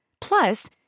Plus